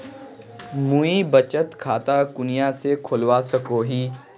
मुई बचत खता कुनियाँ से खोलवा सको ही?